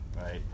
right